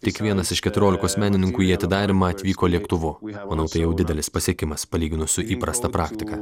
tik vienas iš keturiolikos menininkų į atidarymą atvyko lėktuvu manau tai jau didelis pasiekimas palyginus su įprasta praktika